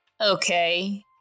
okay